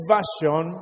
Version